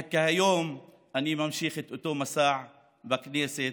כיום אני ממשיך את אותו מסע בכנסת